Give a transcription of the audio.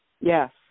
Yes